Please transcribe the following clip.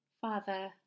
Father